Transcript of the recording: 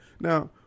Now